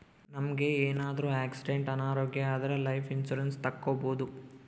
ನಮ್ಗೆ ಏನಾದ್ರೂ ಆಕ್ಸಿಡೆಂಟ್ ಅನಾರೋಗ್ಯ ಆದ್ರೆ ಲೈಫ್ ಇನ್ಸೂರೆನ್ಸ್ ತಕ್ಕೊಬೋದು